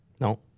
No